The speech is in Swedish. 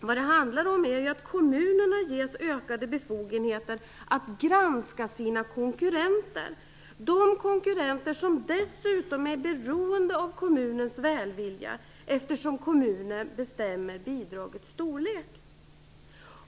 Vad det handlar om är ju att kommunerna ges ökade befogenheter att granska sina konkurrenter, de konkurrenter som dessutom är beroende av kommunens välvilja eftersom kommunen bestämmer bidragets storlek.